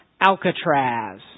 Alcatraz